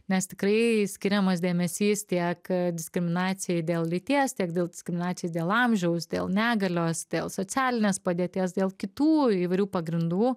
nes tikrai skiriamas dėmesys tiek diskriminacijai dėl lyties tiek dėl diskriminacijos dėl amžiaus dėl negalios dėl socialinės padėties dėl kitų įvairių pagrindų